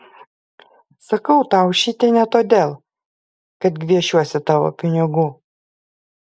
sakau tau šitai ne todėl kad gviešiuosi tavo pinigų